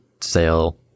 sale